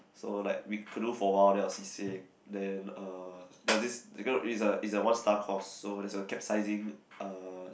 so like we canoe for awhile then I was seasick then uh there was this is a it's a one star course there was capsizing uh